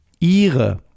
Ihre